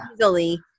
easily